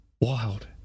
wild